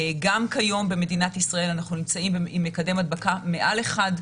גם כיום במדינת ישראל אנחנו נמצאים עם מקדם הדבקה מעל 1,